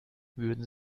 würden